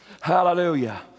Hallelujah